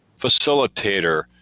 facilitator